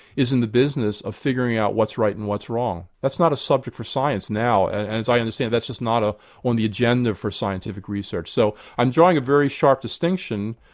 is in the business of figuring out what's right and what's wrong. that's not a subject for science now, and as i understand it that's just not ah on the agenda for scientific research. so i'm drawing a very sharp distinction,